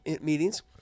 meetings